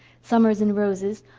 summer's in roses,